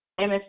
Ms